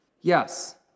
Yes